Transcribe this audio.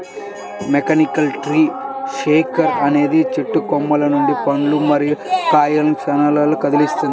mechanical tree shaker అనేది చెట్టు కొమ్మల నుండి పండ్లు మరియు కాయలను క్షణాల్లో కదిలిస్తుంది